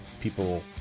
people